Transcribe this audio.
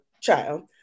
child